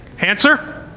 Answer